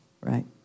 right